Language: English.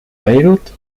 beirut